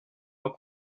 dans